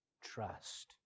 trust